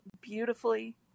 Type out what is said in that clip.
beautifully